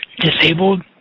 disabled